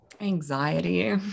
Anxiety